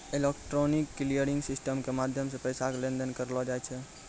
electronic clearing system के माध्यमो से पैसा के लेन देन करलो जाय छै